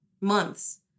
months